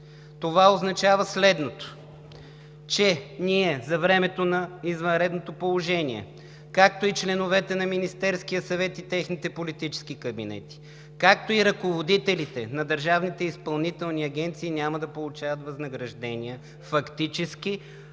Това означава следното, че ние за времето на извънредното положение, както и членовете на Министерския съвет и техните политически кабинети, както и ръководителите на държавните изпълнителни агенции няма да получават възнаграждения фактически,